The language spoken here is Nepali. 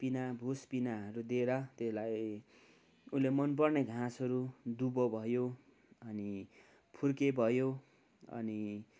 पिना भुस पिनाहरू दिएर त्योलाई ऊले मनपर्ने घाँसहरू दुबो भयो अनि फुर्के भयो अनि